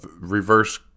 reverse